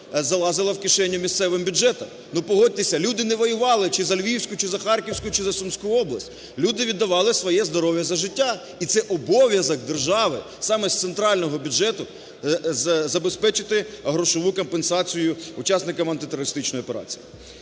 залазила в кишеню місцевим бюджетам. Ну, погодьтеся, люди не воювали чи за Львівську, чи за Харківську, чи за Сумську область, люди віддавали своє здоров'я за життя, і це обов'язок держави саме з центрального бюджету забезпечити грошову компенсацію учасникам антитерористичної операцій.